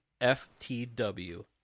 FTW